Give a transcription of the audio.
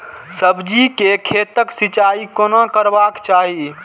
सब्जी के खेतक सिंचाई कोना करबाक चाहि?